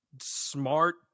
smart